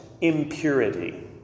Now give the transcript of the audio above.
impurity